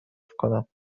کنم